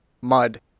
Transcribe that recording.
mud